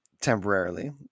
temporarily